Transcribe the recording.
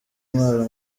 intwaro